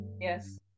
Yes